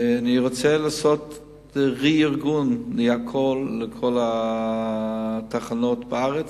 אני רוצה לעשות רה-ארגון לכל התחנות בארץ,